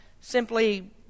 simply